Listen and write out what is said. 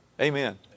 Amen